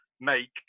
make